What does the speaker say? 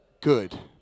good